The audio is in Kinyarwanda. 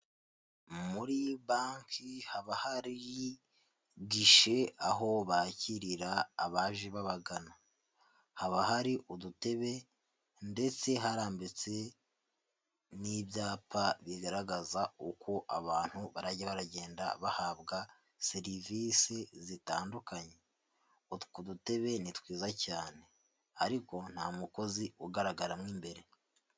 Muri banki haba hari gishe aho bakirira abaje babagana, haba hari udutebe ndetse harambitse n'ibyapa bigaragaza uko abantu barajya baragenda bahabwa serivisi zitandukanye, utwo dutebe ni twiza cyane, ariko nta mukozi ugaragara mw'imbere.